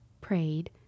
prayed